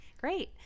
Great